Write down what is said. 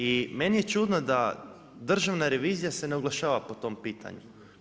I meni je čudno da Državna revizija se ne oglašava po tom pitanju.